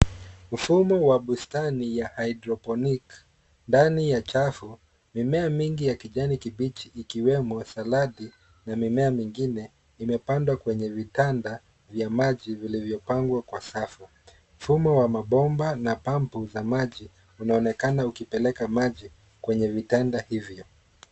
Mfumo wa bustani ya [cshydrophonic ndani ya chafu. Mimea mingi ya kijani kibichi, ikiwemo, saladi na mimea mingine, imepandwa kwenye vitanda vya maji vilivyo pangwa kwa safu. Mfumo wa mabomba na pambu za maji, unaonekana ukipeleka maji kwenye vitanda hivyo.